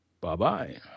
Bye-bye